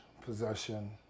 possession